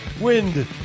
Wind